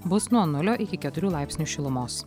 bus nuo nulio iki keturių laipsnių šilumos